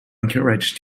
encouraged